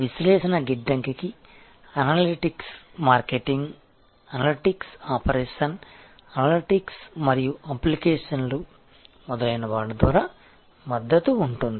విశ్లేషణ గిడ్డంగికి analytics marketing analytics operational analytics మరియు అప్లికేషన్లు మొదలైన వాటి ద్వారా మద్దతు ఉంటుంది